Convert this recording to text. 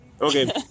Okay